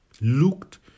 looked